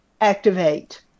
activate